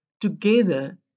together